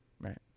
Right